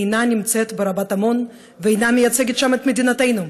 אינה נמצאת ברבת עמון ואינה מייצגת שם את מדינתנו,